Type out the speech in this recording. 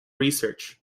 research